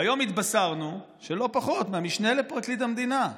והיום התבשרנו שלא פחות ממשנה לפרקליט המדינה,